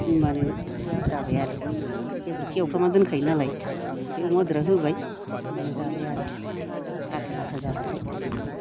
होनबानो जाबाय आरो बेद'रखौ एवफ्रामना दोनखायो नालाय ओमफ्राय अमा बेद'रा होबाय होनबाना जाबाय आरो लाथा लाथा जाबाथाय